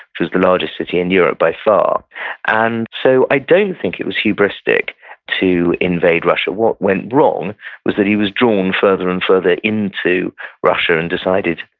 which was the largest city in europe by far and so i don't think it was hubristic to invade russia. what went wrong was that he was drawn further and further into russia and decided,